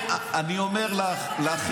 אתה זוכר מתי?